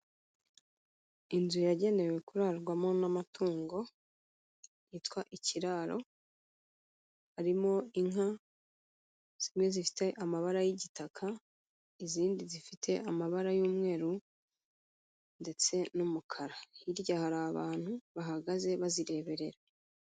Inzu yagenewe kurarwamo n'amatungo yitwa ikiraro, harimo inka zimwe zifite amabara y'igitaka, izindi zifite amabara y'umweru ndetse n'umukara, hirya hari abantu bahagaze bazireberera.